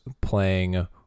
playing